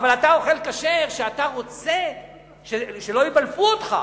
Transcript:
אבל אתה אוכל כשר ואתה רוצה שלא יבלפו אותך.